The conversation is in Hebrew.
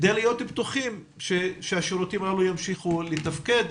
כדי להיות בטוחים שהשירותים האלה ימשיכו לתפקד.